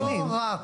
לא רק